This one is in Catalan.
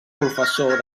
professor